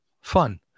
fun